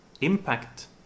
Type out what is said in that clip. impact